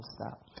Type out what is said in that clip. stop